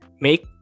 make